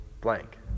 blank